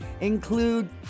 include